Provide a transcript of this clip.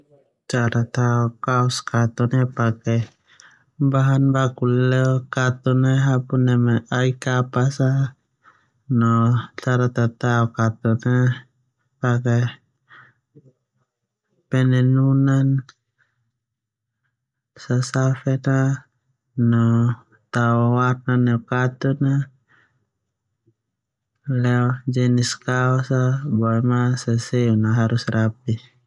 Cara tao kaos katun ia pake abas. Bahan baku leleo katun hapun neme ai kapas no cara tatao katun, saseun a, sasafen no tao warna lo katun sesuai jenis kaos katun ndia seseun a.